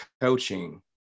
coaching